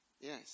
Yes